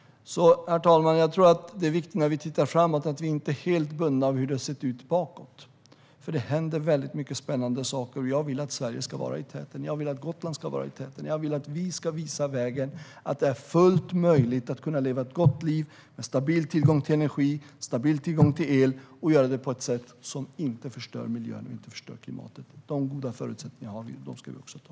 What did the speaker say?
Herr talman! När vi tittar framåt tror jag att det är viktigt att vi inte är helt bundna av hur det sett ut bakåt, för det händer väldigt många spännande saker. Jag vill att Sverige och Gotland ska finnas i täten. Jag vill att vi ska visa vägen - att det är fullt möjligt att leva ett gott liv med stabil tillgång till energi och el och att göra det på ett sätt som inte förstör miljön och klimatet. Dessa goda förutsättningar har vi, och dem ska vi ta till vara.